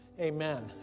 Amen